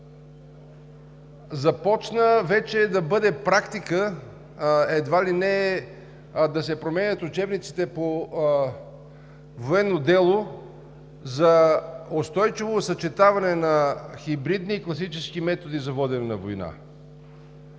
започна да бъде практика едва ли не да се променят учебниците по военно дело за устойчиво съчетаване на хибридни и класически методи за водене на война.